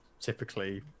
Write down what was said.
typically